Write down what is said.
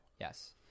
Yes